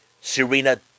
Serena